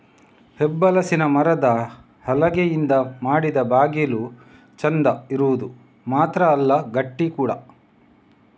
ಹೆಬ್ಬಲಸಿನ ಮರದ ಹಲಗೆಯಿಂದ ಮಾಡಿದ ಬಾಗಿಲು ಚಂದ ಇರುದು ಮಾತ್ರ ಅಲ್ಲ ಗಟ್ಟಿ ಕೂಡಾ